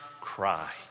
cry